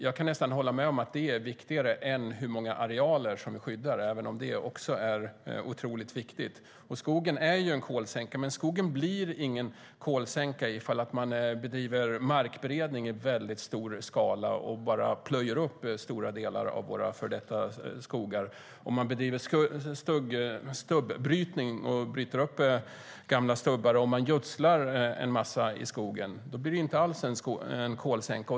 Jag kan nästan hålla med om att det är viktigare än hur många arealer som vi skyddar, även om det också är otroligt viktigt. Skogen är en kolsänka. Men skogen blir ingen kolsänka ifall man bedriver markberedning i väldigt stor skala och bara plöjer upp stora delar av våra före detta skogar. Om man bedriver stubbrytning och bryter upp gamla stubbar och gödslar en massa i skogen blir det inte alls en kolsänka.